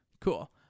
Cool